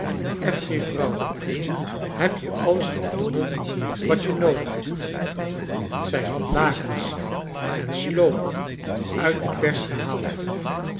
affcry vrouw heb je alles gevonden wat je noodig hebt zij had lakens en sloopen uit de pers gehaald